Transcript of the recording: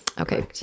Okay